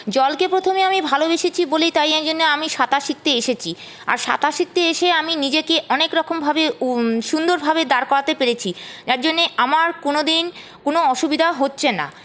জলকে প্রথমে আমি ভালোবেসেছি বলেই তাই এই জন্যে আমি সাঁতার শিখতে এসেছি আর সাঁতার শিখতে এসে আমি নিজেকে অনেকরকমভাবে সুন্দরভাবে দাঁড় করাতে পেরেছি যার জন্যে আমার কোনো দিন কোনও অসুবিধা হচ্ছে না